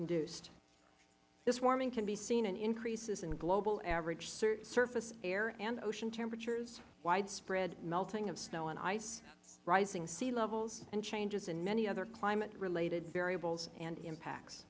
induced this warming can be seen in increases in global average surface air and ocean temperatures widespread melting of snow and ice rising sea levels and changes in many other climate related variables and impacts